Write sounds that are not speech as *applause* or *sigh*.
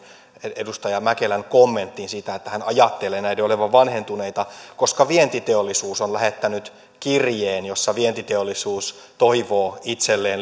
edustaja mäkelän kommenttiin siitä että hän ajattelee näiden olevan vanhentuneita koska vientiteollisuus on lähettänyt kirjeen jossa vientiteollisuus toivoo itselleen *unintelligible*